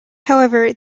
however